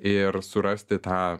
ir surasti tą